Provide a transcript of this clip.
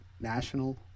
national